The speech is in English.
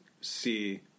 see